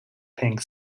pink